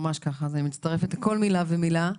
ממש ככה, אז אני מצטרפת לכל מילה ומילה.